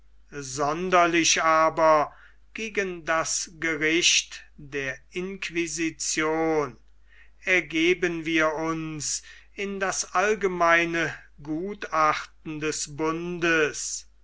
sonderlich aber gegen das gericht der inquisition ergeben wir uns in das allgemeine gutachten des bundes